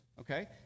okay